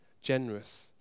generous